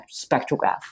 spectrograph